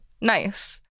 nice